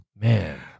Man